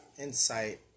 insight